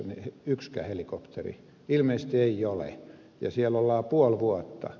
ilmeisesti ei ole ja siellä ollaan puoli vuotta